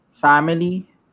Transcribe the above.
family